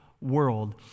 world